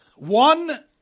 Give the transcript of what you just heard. One